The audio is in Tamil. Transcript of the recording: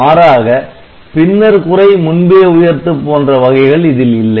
மாறாக பின்னர் குறைமுன்பே உயர்த்து போன்ற வகைகள் இதில் இல்லை